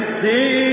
see